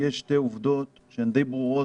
עולות מהדיון שתי עובדות שהן די ברורות.